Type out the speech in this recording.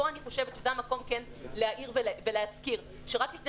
פה אני חושבת שזה המקום כן להעיר ולהזכיר שרק לפני